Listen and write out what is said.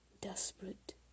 desperate